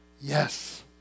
yes